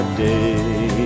day